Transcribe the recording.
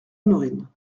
honorine